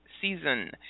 season